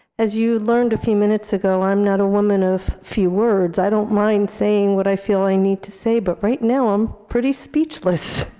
as you learned a few minutes ago, i'm not a woman of few words. i don't mind saying what i feel i need to say, but right now i'm pretty speechless,